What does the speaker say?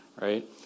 right